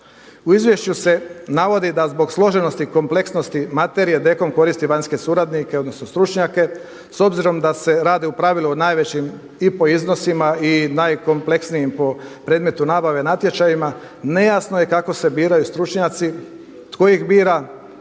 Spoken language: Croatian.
U Izvješću se navodi da zbog složenosti, kompleksnosti materije DKOM koristi vanjske suradnike odnosno stručnjake. S obzirom da se radi u pravilu o najvećim i po iznosima i najkompleksnijim po predmetu nabave natječajima nejasno je kako se biraju stručnjaci, tko ih bira,